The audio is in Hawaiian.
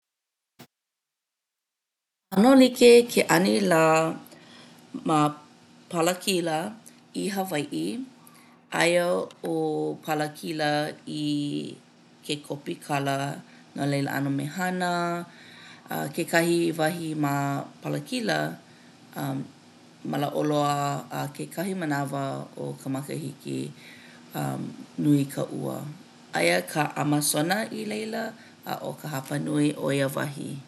'Ano like ke anila ma Palakila i Hawai'i. Aia 'o Palakila i ke kopikala no laila 'ano mehana kekahi wahi ma Palakila malo'o loa a kekahi manawa o ka makahiki nui ka ua. Aia ka 'Amasona i laila a 'o ka hapanui o ia wahi.